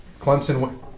Clemson